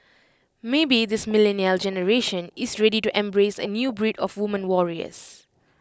maybe this millennial generation is ready to embrace A new breed of women warriors